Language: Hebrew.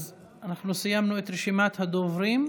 אנחנו סיימנו את רשימת הדוברים.